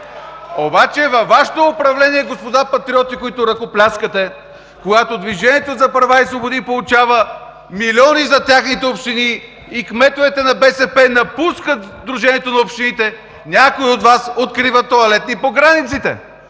Във Вашето управление, господа Патриоти, които ръкопляскате, когато „Движението за права и свободи“ получава милиони за техните общини, и кметовете на БСП напускат Сдружението на общините, някои от Вас откриват тоалетни по границите.